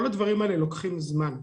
כל הדברים האלה לוקחים זמן.